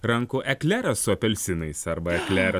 rankų eklerą su apelsinais arba eklerą